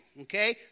okay